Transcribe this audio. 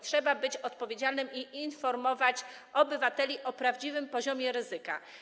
Trzeba być odpowiedzialnym i informować obywateli o prawdziwym poziomie ryzyka.